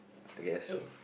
I guess